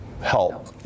help